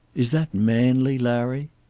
is that manly, larry?